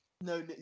No